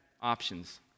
options